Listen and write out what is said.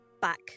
back